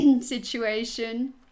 situation